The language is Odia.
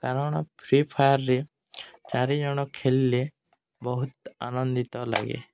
କାରଣ ଫ୍ରି ଫାୟାରରେ ଚାରି ଜଣ ଖେଲିଲେ ବହୁତ ଆନନ୍ଦିତ ଲାଗେ